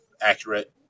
accurate